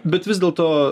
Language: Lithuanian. bet vis dėlto